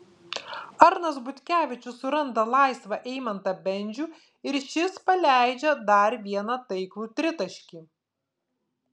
arnas butkevičius suranda laisvą eimantą bendžių ir šis paleidžia dar vieną taiklų tritaškį